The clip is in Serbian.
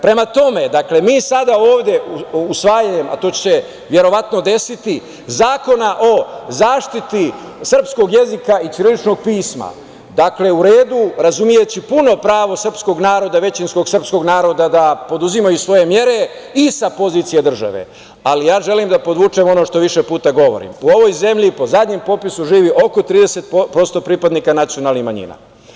Prema tome, mi sada ovde usvajanjem, a to će se verovatno desiti, zakona o zaštiti srpskog jezika i ćiriličnog pisma, dakle, u redu, razumeći puno pravo većinskog srpskog naroda da preduzimaju svoje mere i sa pozicija države, ali ja želim da podvučem ono što više puta govorim, u ovoj zemlji, po poslednjem popisu živi oko 30% pripadnika nacionalnih manjina.